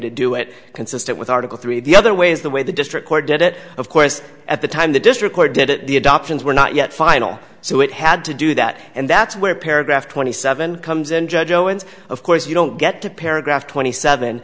to do it consistent with article three the other way is the way the district court did it of course at the time the district court did it the adoptions were not yet final so it had to do that and that's where paragraph twenty seven comes in judge owens of course you don't get to paragraph twenty seven